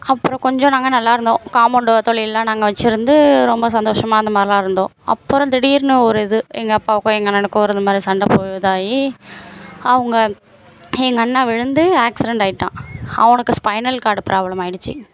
அப்புறம் கொஞ்சம் நாங்கள் நல்லாயிருந்தோம் காம்பௌண்டு தொழில்லாம் நாங்கள் வெச்சுருந்து ரொம்ப சந்தோஷமாக அந்த மாதிரிலாம் இருந்தோம் அப்புறம் திடீர்னு ஒரு இது எங்கள் அப்பாவுக்கும் எங்கள் அண்ணனுக்கும் இருந்த மாதிரி சண்டை போ இதாகி அவங்க எங்கள் அண்ணா விழுந்து ஆக்சிரென்ட் ஆகிட்டான் அவனுக்கு ஸ்பைனல் கார்டு ப்ராப்ளம் ஆகிடுச்சி